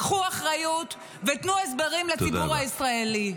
קחו אחריות ותנו הסברים לציבור הישראלי.